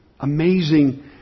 Amazing